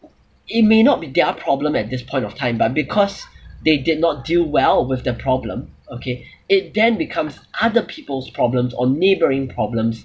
it may not be their problem at this point of time but because they did not deal well with the problem okay it then becomes other people's problems or neighbouring problems